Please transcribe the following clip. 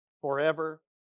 forever